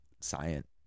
science